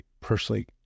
personally